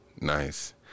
Nice